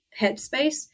headspace